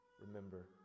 Remember